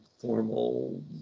formal